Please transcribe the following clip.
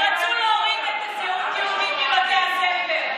הם רצו להוריד את הזהות היהודית מבתי הספר.